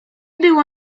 było